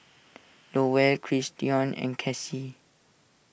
Lowell Christion and Kassie